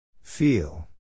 Feel